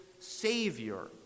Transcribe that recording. Savior